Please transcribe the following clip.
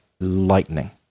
lightning